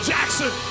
Jackson